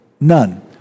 None